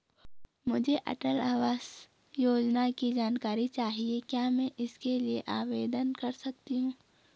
मुझे अटल आवास योजना की जानकारी चाहिए क्या मैं इसके लिए आवेदन कर सकती हूँ?